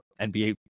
NBA